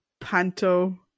panto